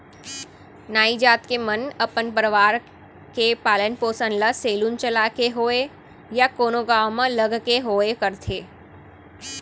नाई जात के मन अपन परवार के पालन पोसन ल सेलून चलाके होवय या कोनो गाँव म लग के होवय करथे